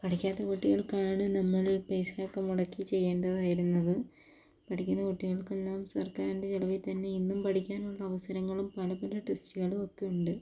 പഠിക്കാത്ത കുട്ടികൾക്കാണ് നമ്മൾ പൈസ ഒക്കെ മുടക്കി ചെയ്യേണ്ടതായിരുന്നത് പഠിക്കുന്ന കുട്ടികൾക്കെല്ലാം സർക്കാരിൻ്റെ ചിലവിൽ തന്നെ എന്തും പഠിക്കാനുള്ള അവസരങ്ങളും പല പല ടെസ്റ്റുകളും ഒക്കെ ഉണ്ട്